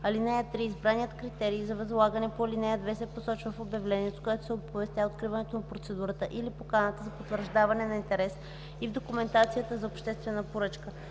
(3) Избраният критерий за възлагане по ал. 2 се посочва в обявлението, с което се оповестява откриването на процедурата или поканата за потвърждаване на интерес и в документацията за обществена поръчка.